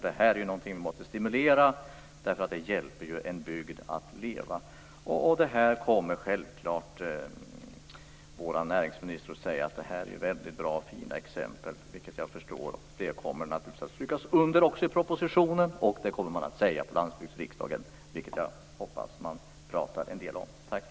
Detta är något som vi måste stimulera, eftersom det hjälper en bygd att leva. Vår näringsminister kommer självfallet att säga att detta är väldigt bra och fina exempel, och jag förstår att det kommer att strykas under också i propositionen. Det kommer också att sägas på landsbygdsriksdagen. Jag hoppas att man kommer att prata en del om detta.